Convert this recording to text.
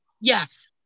Yes